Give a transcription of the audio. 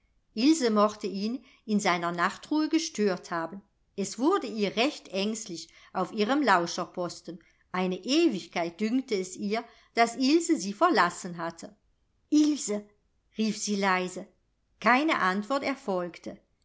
ilse mochte ihn in seiner nachtruhe gestört haben es wurde ihr recht ängstlich auf ihrem lauscherposten eine ewigkeit dünkte es ihr daß ilse sie verlassen hatte ilse rief sie leise keine antwort erfolgte